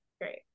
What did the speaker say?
great